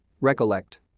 recollect